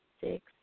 six